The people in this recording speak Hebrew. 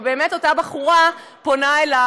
ובאמת אותה בחורה פונה אליי,